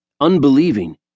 unbelieving